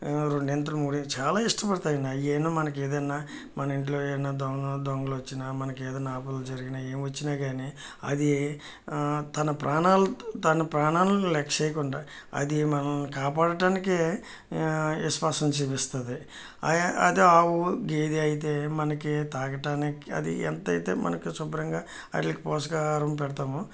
రెండింతలు మూడి చాలా ఇష్టపడతాయి అండి అవేనో మనకి ఏదైనా మన ఇంట్లో ఏదైనా దొంగ దొంగలు వచ్చినా మనకి ఏదైనా ఆపదలు జరిగిన ఏం వచ్చినా కానీ అది తన ప్రాణాలు తన ప్రాణాలను లెక్క చేయకుండా అది మనల్ని కాపాడటానికి విశ్వాసం చూపిస్తుంది అదే ఆవు గేదె అయితే మనకి త్రాగటానికి అది ఎంత అయితే మనకు శుభ్రంగా వాటికి పోషణ ఆహారం పెడతామో